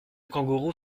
kangourou